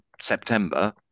september